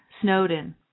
snowden